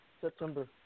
September